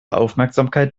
aufmerksamkeit